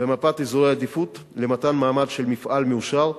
במפת אזורי עדיפות למתן מעמד של מפעל מאושר,